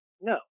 No